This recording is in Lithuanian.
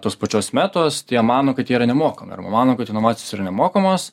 tos pačios metos tai jie mano kad jie yra nemokami arba mano kad inovacijos yra nemokamos